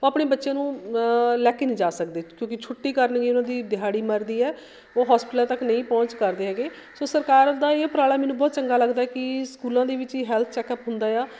ਉਹ ਆਪਣੇ ਬੱਚੇ ਨੂੰ ਲੈ ਕੇ ਨਹੀਂ ਜਾ ਸਕਦੇ ਕਿਉਂਕਿ ਛੁੱਟੀ ਕਰ ਲਈ ਉਹਨਾਂ ਦੀ ਦਿਹਾੜੀ ਮਰਦੀ ਹੈ ਉਹ ਹੋਸਪੀਟਲਾਂ ਤੱਕ ਨਹੀਂ ਪਹੁੰਚ ਕਰਦੇ ਹੈਗੇ ਸੋ ਸਰਕਾਰ ਦਾ ਇਹ ਉਪਰਾਲਾ ਮੈਨੂੰ ਬਹੁਤ ਚੰਗਾ ਲੱਗਦਾ ਕਿ ਸਕੂਲਾਂ ਦੇ ਵਿੱਚ ਵੀ ਹੈਲਥ ਚੈੱਕਅਪ ਹੁੰਦਾ ਆ